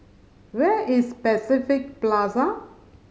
where is Pacific Plaza